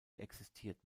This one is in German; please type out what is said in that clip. existiert